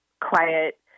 quiet